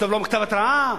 תכתוב לו מכתב התראה,